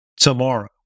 tomorrow